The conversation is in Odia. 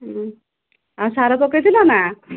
ଆଉ ସାର ପକାଇଥିଲ ନା